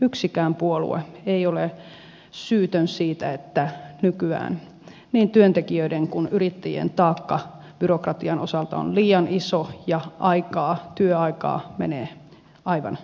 yksikään puolue ei ole syytön siihen että nykyään niin työntekijöiden kuin yrittäjien taakka byrokratian osalta on liian iso ja työaikaa menee aivan joutavaan